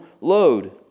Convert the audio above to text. load